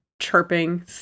chirping